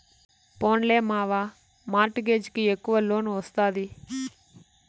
పోన్లే మావా, mortgage కి ఎక్కవ లోన్ ఒస్తాది